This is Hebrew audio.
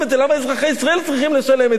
למה אזרחי ישראל צריכים לשלם את זה?